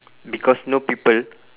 because no people